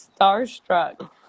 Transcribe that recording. starstruck